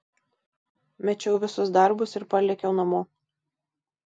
mečiau visus darbus ir parlėkiau namo